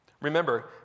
Remember